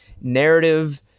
narrative